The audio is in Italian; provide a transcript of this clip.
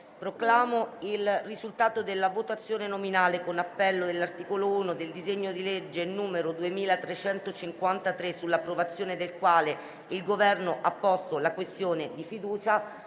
Proclamo il risultato della votazione nominale con appello dell'articolo 2, sull'approvazione del quale il Governo ha posto la questione di fiducia: